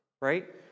right